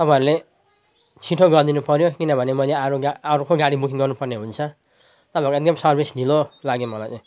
तपाईँहरूले छिटो गरिदिनु पर्यो किनभने मैले अरू गा अर्को गाडी गर्नुपर्ने हुन्छ तपाईँको एकदम सर्विस ढिलो लाग्यो मलाई चाहिँ